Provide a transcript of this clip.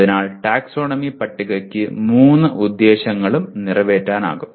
അതിനാൽ ടാക്സോണമി പട്ടികയ്ക്ക് മൂന്ന് ഉദ്ദേശ്യങ്ങളും നിറവേറ്റാനാകും